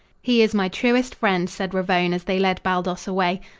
he is my truest friend, said ravone, as they led baldos away.